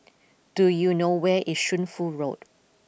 do you know where is Shunfu Road